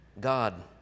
god